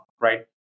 right